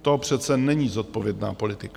To přece není zodpovědná politika.